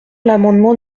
l’amendement